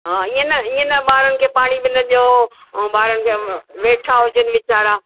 हा ईअं न ईअं न ॿारनि खे पाणी बि न ॾियो ऐं ॿारनि खे वेठा हुजनि वेचारा